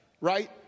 right